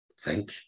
Thank